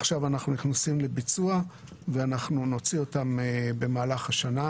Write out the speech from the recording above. עכשיו אנחנו נכנסים לביצוע ואנחנו נוציא אותם במהלך השנה,